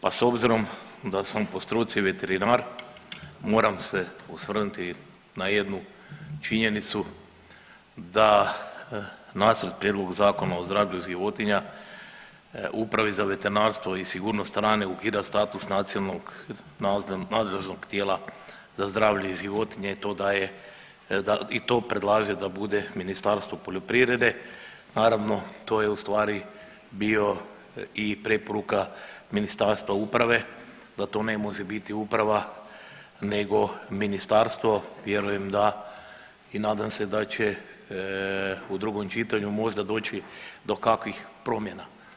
Pa obzirom da sam po struci veterinar moram se osvrnuti na jednu činjenicu da Nacrt prijedloga Zakona o zdravlju životinja Upravi za veterinarstvo i sigurnost hrane ukida status nacionalnog nadležnog tijela za zdravlje i životinje to daje i to predlaže da bude Ministarstvo poljoprivrede, naravno to je u stvari bio i preporuka Ministarstva uprave da to ne može biti uprava nego ministarstvo, vjerujem da i nadam se da će u drugom čitanju možda doći do kakvih promjena.